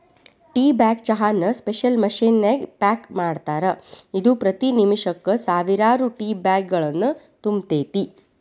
tea bag ಚಹಾನ special machine ನ್ಯಾಗ pack ಮಾಡ್ತಾರ, ಇದು ಪ್ರತಿ ನಿಮಿಷಕ್ಕ ಸಾವಿರಾರು ಟೇಬ್ಯಾಗ್ಗಳನ್ನು ತುಂಬತೇತಿ